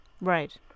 Right